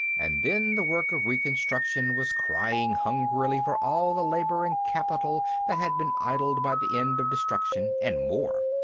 and then the work of reconstruction was crying hungrily for all the labor and capital that had been idled by the end of destruction, and more.